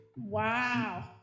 Wow